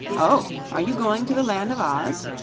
oh! are you going to the land of oz?